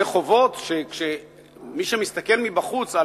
זה חובות שמי שמסתכל עליהם מבחוץ,